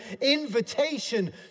invitation